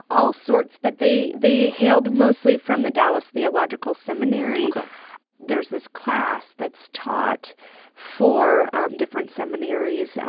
all sorts. but they they hailed mostly from the dallas theological seminary ok there's this class that's taught for different seminaries,